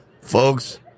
folks